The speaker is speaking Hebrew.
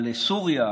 על סוריה,